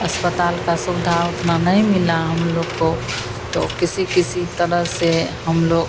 अस्पताल की सुविधा उतना नहीं मिली हम लोग को तो किसी किसी तरह से हम लोग